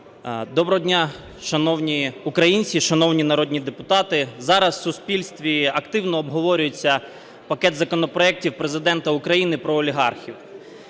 Доброго дня, шановні українці, шановні народні депутати! Зараз у суспільстві активно обговорюється пакет законопроектів Президента України про олігархів.